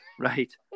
right